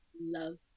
love